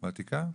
וותיקה?